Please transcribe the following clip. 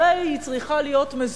הרי היא צריכה להיות מזוהה